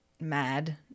mad